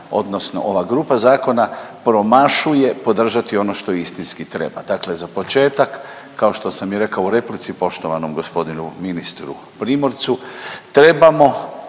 odnosno ova grupa zakona promašuje podržati ono što je istinski treba. Dakle, za početak kao što sam i rekao u replici poštovanom gospodinu ministru Primorcu trebamo